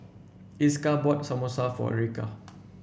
Esker bought Samosa for Erica